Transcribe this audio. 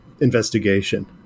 investigation